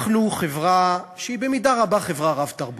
אנחנו חברה שהיא במידה רבה חברה רב-תרבותית: